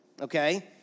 okay